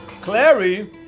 clary